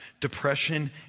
Depression